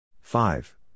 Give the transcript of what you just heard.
Five